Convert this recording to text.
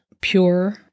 pure